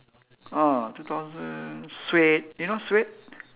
ah two thousand suede you know suede